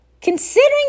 Considering